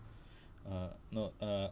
err no err